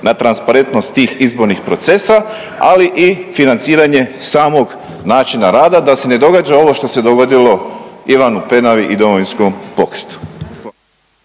na transparentnost tih izbornih procesa, ali i financiranje samog načina rada da se ne događa ovo što se dogodilo Ivanu Penavi i Domovinskom pokretu.